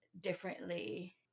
differently